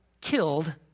killed